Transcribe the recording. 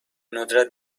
ندرت